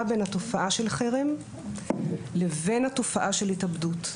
בין התופעה של חרם לבין התופעה של התאבדות.